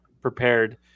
prepared